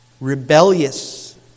Rebellious